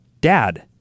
Dad